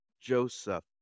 Joseph